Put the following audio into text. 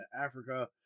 africa